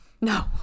No